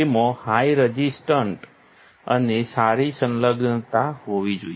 તેમાં high resistant અને સારી સંલગ્નતા હોવી જોઈએ